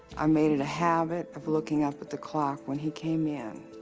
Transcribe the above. i made it a habit of looking up at the clock when he came in.